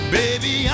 baby